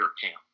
camp